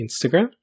Instagram